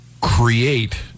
create